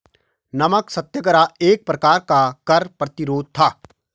नमक सत्याग्रह एक प्रकार का कर प्रतिरोध था